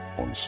on